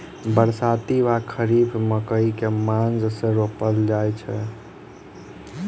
बरसाती वा खरीफ मकई केँ मास मे रोपल जाय छैय?